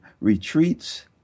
retreats